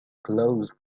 close